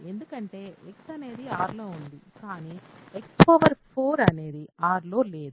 ఎందుకంటే X అనేది R లో ఉంది కానీ x 4 అనేది R లో లేదు